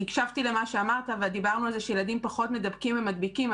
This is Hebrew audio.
כי הקשבתי למה שאמרת ודיברנו על זה שהילדים פחות מדבקים ומדביקים.